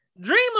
Dream